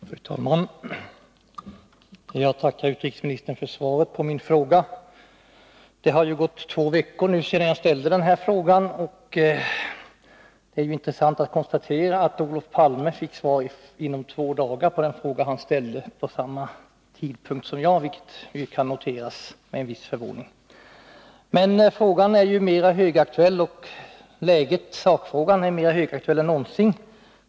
Fru talman! Jag tackar utrikesministern för svaret på min fråga. Det har nu gått två veckor sedan jag ställde den, och det är intressant att konstatera att Olof Palme fick svar inom två dagar på den fråga han ställde vid samma tidpunkt som jag ställde min. Detta kan ju noteras med en viss förvåning. Sakfrågan är emellertid mer högaktuell än någonsin.